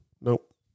Nope